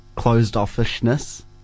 closed-offishness